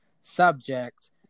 subject